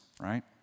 right